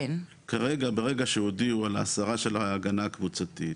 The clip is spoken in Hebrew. כרגע, ברגע שהודיע את ההסרה של ההגנה הקבוצתית,